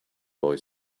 boy